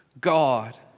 God